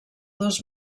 dos